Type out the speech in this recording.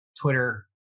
Twitter